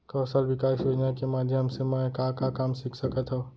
कौशल विकास योजना के माधयम से मैं का का काम सीख सकत हव?